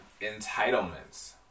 entitlements